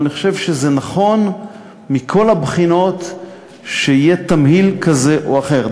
אבל אני חושב שזה נכון מכל הבחינות שיהיה תמהיל כזה או אחר,